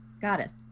Goddess